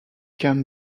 can